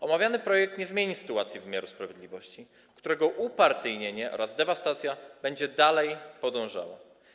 Omawiany projekt nie zmieni sytuacji wymiaru sprawiedliwości, którego upartyjnienie oraz dewastacja będą dalej podążały.